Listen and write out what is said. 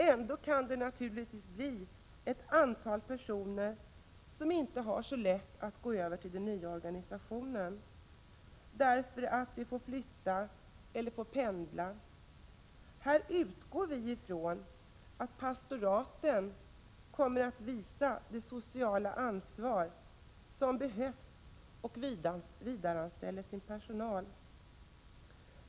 Ändå kan det naturligtvis bli ett antal personer som inte har så lätt att gå över till den nya organisationen, därför att de då får flytta eller får pendla. Här utgår vi från att pastoraten kommer att visa det sociala ansvar som behövs och vidareanställa sin personal.